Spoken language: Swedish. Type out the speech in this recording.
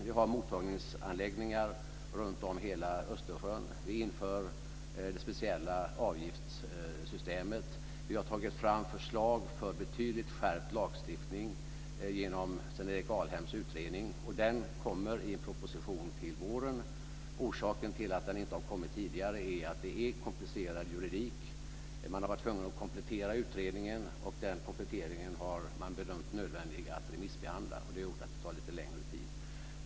Vi har mottagningsanläggningar runtom hela Östersjön. Vi inför det speciella avgiftssystemet. Vi har tagit fram förslag för betydligt skärpt lagstiftning genom Sven-Erik Alhems utredning. Den kommer i en proposition till våren. Orsaken till att den inte har kommit tidigare är att det är komplicerad juridik. Man har varit tvungen att komplettera utredningen, och den kompletteringen har man bedömt det som nödvändigt att remissbehandla. Det har gjort att det tagit lite längre tid.